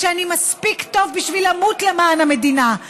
שאני מספיק טוב בשביל למות למען המדינה,